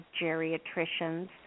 geriatricians